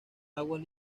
aguas